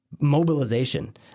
mobilization